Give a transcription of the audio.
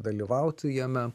dalyvaut jame